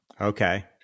Okay